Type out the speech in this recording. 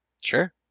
Sure